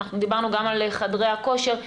דיברנו גם על חדרי הכושר.